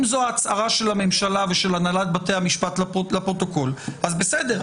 אם זו ההצהרה של הממשלה ושל הנהלת בתי המשפט לפרוטוקול בסדר.